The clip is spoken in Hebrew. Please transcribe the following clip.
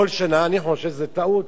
כל שנה, אני חושב שזאת טעות.